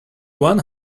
one